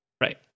Right